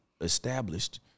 established